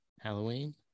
Halloween